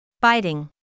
biting